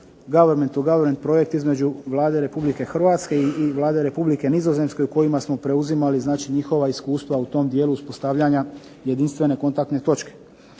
goverment to goverment projekt između Vlade Republike Hrvatske i Vlade Republike Nizozemske u kojima smo preuzimali znači njihova iskustva u tom dijelu uspostavljanja jedinstvene kontaktne točke.